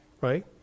right